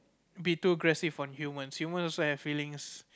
be too aggressive on humans humans always have feelings